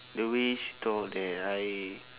the way she thought that I